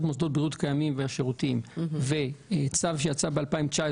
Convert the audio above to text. וצו שיצא ב-2019